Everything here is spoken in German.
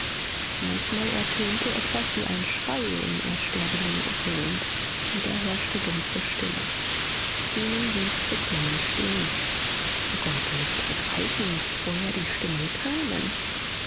manchmal ertönte etwas wie ein schrei in ersterbendem echo und wieder herrschte dumpfe stille zenon blieb beklommen stehen er konnte nicht begreifen woher die stimmen kämen